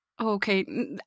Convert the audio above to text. Okay